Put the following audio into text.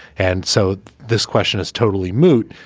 and so this question is totally moot.